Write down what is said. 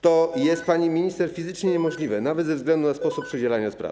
To jest, pani minister, fizycznie niemożliwe, nawet ze względu na sposób przydzielania spraw.